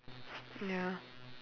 ya